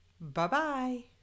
Bye-bye